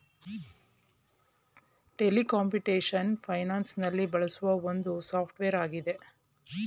Tally computation finance ನಲ್ಲಿ ಬೆಳೆಸುವ ಒಂದು ಸಾಫ್ಟ್ವೇರ್ ಆಗಿದೆ